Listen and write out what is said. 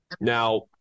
Now